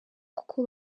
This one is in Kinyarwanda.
kuko